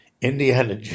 Indiana